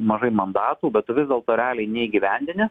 mažai mandatų bet tu vis dėlto realiai neįgyvendini